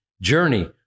journey